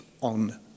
on